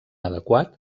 adequat